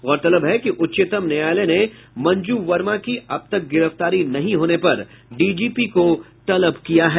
गौरतलब है कि उच्चतम न्यायालय ने मंजू वर्मा की अब तक गिरफ्तारी नहीं होने पर डीजीपी को तलब किया है